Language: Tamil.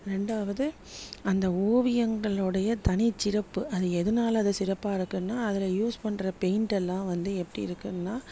ரெண்டாவது அந்த ஓவியங்களுடைய தனிச்சிறப்பு அது எதுனால் அது சிறப்பாக இருக்குன்னால் அதில் யூஸ் பண்ணுற பெயிண்ட் எல்லாம் வந்து எப்படி இருக்குன்னால்